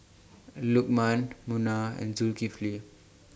Lukman Munah and Zulkifli